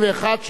בבקשה.